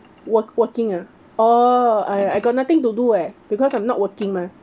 work working ah oh I I got nothing to do leh because I'm not working mah